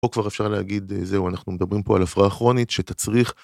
או כבר אפשר להגיד, אה... זהו, אנחנו מדברים פה על הפרעה כרונית שתצריך,